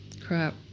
Crap